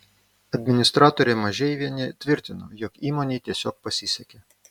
administratorė mažeivienė tvirtino jog įmonei tiesiog pasisekė